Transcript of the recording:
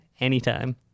anytime